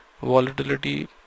volatility